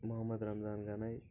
Mohammad Ramzan Ganai